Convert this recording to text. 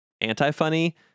anti-funny